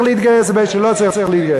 להתגייס לבין מי שלא צריך להתגייס.